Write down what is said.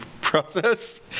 process